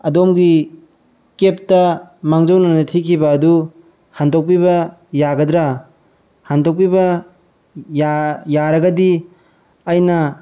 ꯑꯗꯣꯝꯒꯤ ꯀꯦꯕꯇ ꯃꯥꯡꯖꯧꯅꯅ ꯊꯤꯈꯤꯕ ꯑꯗꯨ ꯍꯟꯗꯣꯛꯄꯤꯕ ꯌꯥꯒꯗ꯭ꯔ ꯍꯟꯗꯣꯛꯄꯤꯕ ꯌꯥꯔꯒꯗꯤ ꯑꯩꯅ